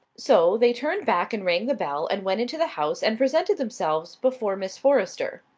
so they turned back and rang the bell and went into the house and presented themselves before miss forrester.